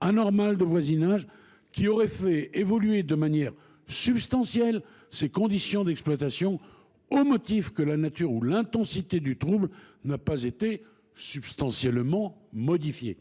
anormal de voisinage qui aurait fait évoluer de manière substantielle ses conditions d’exploitation, au motif que la nature ou l’intensité du trouble n’a pas été substantiellement modifiée.